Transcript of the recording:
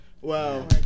Wow